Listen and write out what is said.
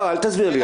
אל תסביר לי.